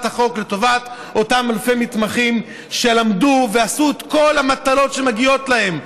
החוק לטובת אותם אלפי מתמחים שלמדו ועשו את כל המטלות שמוטלות עליהם,